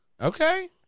Okay